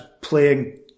playing